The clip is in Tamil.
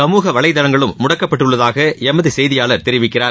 சமூக வலைதளங்களும் முடக்கப்பட்டுள்ளதாக எமது செய்தியாளர் தெரிவிக்கிறார்